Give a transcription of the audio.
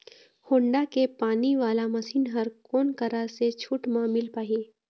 Honda के पानी वाला मशीन हर कोन करा से छूट म मिल पाही?